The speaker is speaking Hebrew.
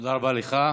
תודה רבה לך.